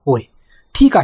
होय ठीक आहे